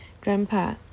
Grandpa